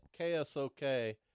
KSOK